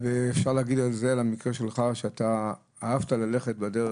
אני ראיתי את ההכנות שלך לקראת הוועדה הזו שנקראת עבודה,